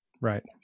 Right